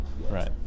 Right